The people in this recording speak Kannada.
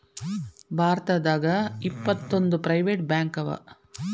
ಭಾರತದಾಗ ಇಪ್ಪತ್ತೊಂದು ಪ್ರೈವೆಟ್ ಬ್ಯಾಂಕವ